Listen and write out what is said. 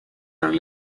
are